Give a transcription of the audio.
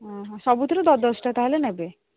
ହଁ ହଁ ସବୁଥିରୁ ଦଶ ଦଶଟା ତା'ହେଲେ ନେବେ